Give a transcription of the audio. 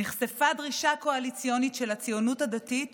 נחשפה דרישה קואליציונית של הציונות הדתית